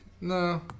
no